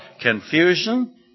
confusion